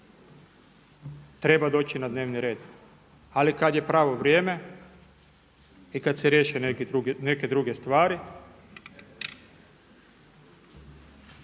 treba doći da dnevni red ali kada je pravo vrijeme i kada se riješe neke druge stvari.